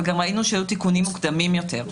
גם ראינו שהיו תיקונים מוקדמים יותר,